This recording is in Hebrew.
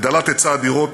הגדלת היצע הדירות,